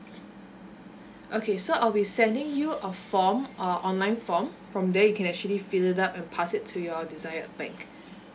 okay so I'll be sending you a form uh online form from there you can actually filled up and pass it to your desire like